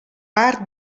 part